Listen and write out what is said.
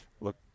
look